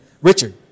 Richard